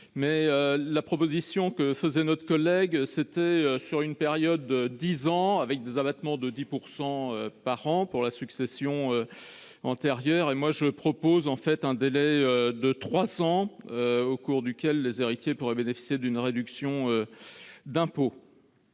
La proposition de notre collègue portait sur une période de dix ans, avec des abattements de 10 % par an pour la succession antérieure. Je propose quant à moi un délai de trois ans, au cours duquel les héritiers pourraient bénéficier d'une réduction d'impôt.